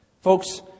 Folks